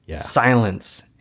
silence